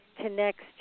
connects